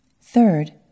Third